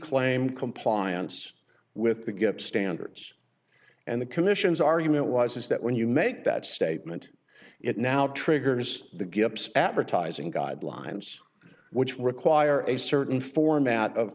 claim compliance with the gap standards and the commission's argument was is that when you make that statement it now triggers the gibs advertising guidelines which will require a certain format of